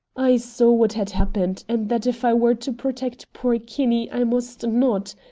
i saw what had happened, and that if i were to protect poor kinney i must not,